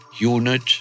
unit